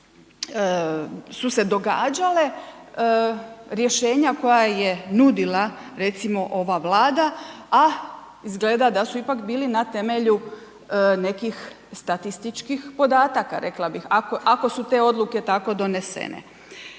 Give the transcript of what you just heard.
su se događale, rješenja koja je nudila recimo ova Vlada, a izgleda da su ipak bili na temelju nekih statističkih podataka rekla bih ako su te odluke tako donesene.